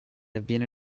avviene